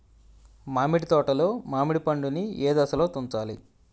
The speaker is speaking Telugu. మామిడి తోటలో మామిడి పండు నీ ఏదశలో తుంచాలి?